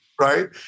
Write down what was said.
right